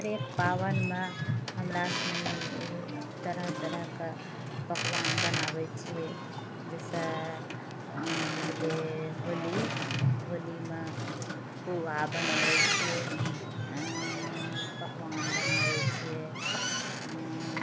हरेक पाबनिमे हमरा सनी तरह तरहके पकवान बनाबै छियै जैसे हो गेलै होली होलीमे पूआ बनबै छियै पकवान बनाबै छियै